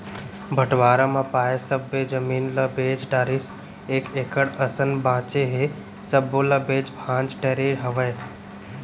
बंटवारा म पाए सब्बे जमीन ल बेच डारिस एक एकड़ असन बांचे हे सब्बो ल बेंच भांज डरे हवय